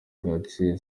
gace